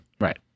Right